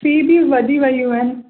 कहिॾियूं वधी वेयूं आहिनि